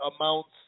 amounts